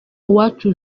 uwacu